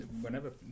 whenever